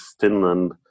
Finland